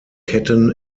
ketten